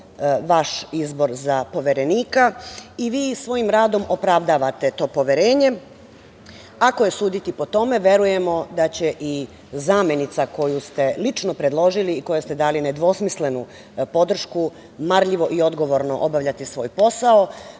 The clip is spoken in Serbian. vaš izbor za Poverenika i vi svojim radom opravdavate to poverenje. Ako je sudite po tome, verujemo da će i zamenica koju ste lično predložili i kojoj ste dali nedvosmislenu podršku marljivo i odgovorno obavljati svoj posao.